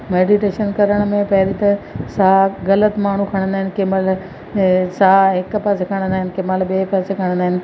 meditation करण में पहिरीं त साहु ग़लति माण्हू खणंदा आहिनि केमहिल साह हिकु पासे खणंदा आहिनि कंहिं महिल ॿिए पासे खणंदा आहिनि